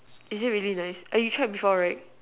is it really nice eh you tried before right